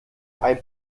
ein